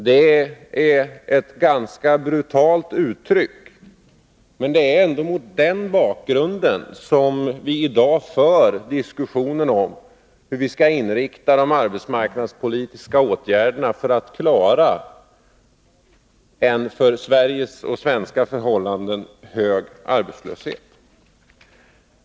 Det är ett ganska brutalt uttryck, men det är ändå mot den bakgrunden som vi i dag för diskussionen om hur vi skall inrikta de arbetsmarknadspolitiska åtgärderna för att klara en för svenska förhållanden hög arbetslöshet.